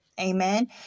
Amen